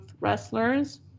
wrestlers